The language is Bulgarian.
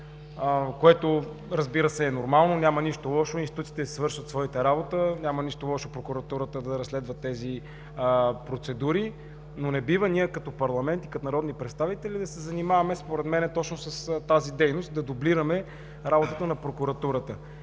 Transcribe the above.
което, разбира се, е нормално. Няма нищо лошо институциите да си свършат своята работа, няма нищо лошо прокуратурата да разследва тези процедури, но не бива ние като парламент и като народни представители да се занимаваме точно с тази дейност – да дублираме работата на прокуратурата.